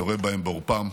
יורה בהם בעורפם.